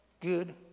good